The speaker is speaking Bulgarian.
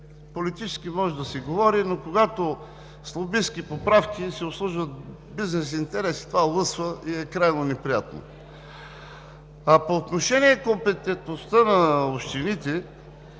Политически може да се говори, но когато с лобистки поправки се обслужват бизнес интереси, това лъсва и е крайно неприятно. А по отношение компетентността на общините,